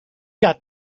got